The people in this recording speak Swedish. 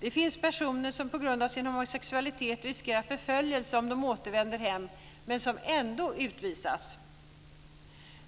Det finns personer som på grund av sin homosexualitet riskerar förföljelse om de återvänder hem men som ändå utvisas.